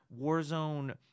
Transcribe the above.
Warzone